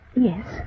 Yes